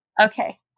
Okay